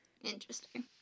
Interesting